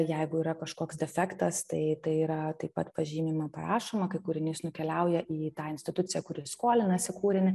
jeigu yra kažkoks defektas tai tai yra taip pat pažymima parašoma kai kūrinys nukeliauja į tą instituciją kuri skolinasi kūrinį